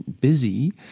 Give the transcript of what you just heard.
busy